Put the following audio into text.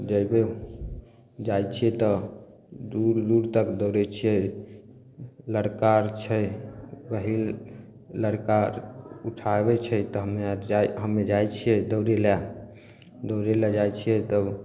जेबय जाइ छियै तऽ दूर दूर तक दौड़य छियै लड़िका आर छै लड़िका आर उठाबय छै तऽ हम्मे आर जाइ हम्मे आर जाइ छियै दौड़य लए दौड़य लए जाइ छियै तब